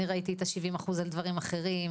אני ראיתי את ה-70 אחוז על דברים אחרים.